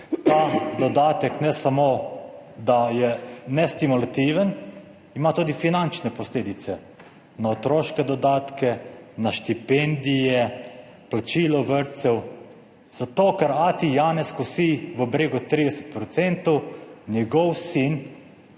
ta dodatek ne samo, da je nestimulativen, ima tudi finančne posledice na otroške dodatke, na štipendije, plačilo vrtcev, zato ker ati Janez kosi v bregu 30 %, njegov sin